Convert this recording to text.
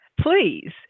please